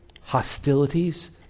hostilities